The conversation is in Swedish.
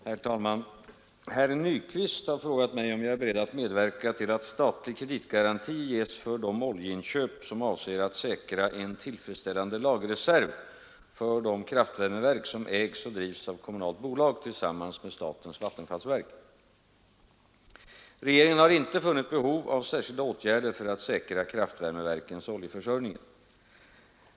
Herr talman! Herr Nyquist har frågat mig om jag är beredd att medverka till att statlig kreditgaranti ges för de oljeinköp som avser att säkra en tillfredsställande lagerreserv för de kraftvärmeverk som ägs och drivs av kommunalt bolag tillsammans med statens vattenfallsverk. Regeringen har inte funnit behov av särskilda åtgärder för att säkra kraftvärmeverkens oljeförsörjning.